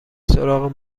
سراغ